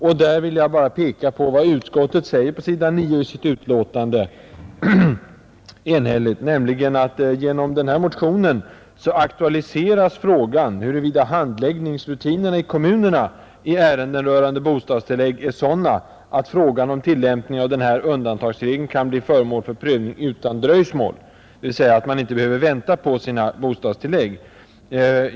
Jag vill där peka på vad utskottet enhälligt skriver på s. 9 i sitt betänkande, nämligen följande: ”Genom motionen aktualiseras emellertid frågan huruvida handläggningsrutinerna i kommunerna i ärenden rörande bostadstillägg är sådana att frågan om tillämpning av den här aktuella undantagsregeln kan bli föremål för prövning utan dröjsmål.” De skall alltså inte behöva vänta på sina bostadstillägg.